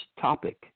topic